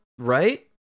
Right